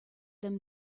them